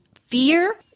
fear